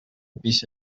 pixa